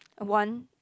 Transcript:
one